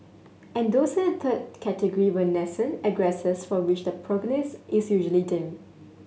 and those in a third category were nascent aggressors for which the prognosis is usually dim